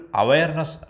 awareness